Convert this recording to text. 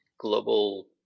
global